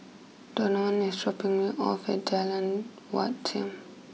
Donavon is dropping me off at Jalan Wat Siam